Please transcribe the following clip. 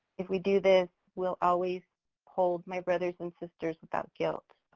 if we do this, we'll always hold my brothers and sisters without guilt.